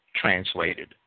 translated